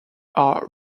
are